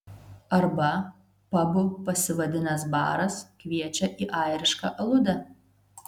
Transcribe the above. arba pabu pasivadinęs baras kviečia į airišką aludę